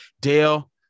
Dale